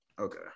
Okay